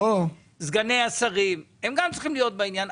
סגני השרים הם גם צריכים להיות בעניין,